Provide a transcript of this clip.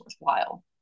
worthwhile